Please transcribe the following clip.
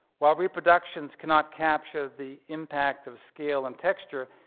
while reproductions cannot capture the impact of scale and texture,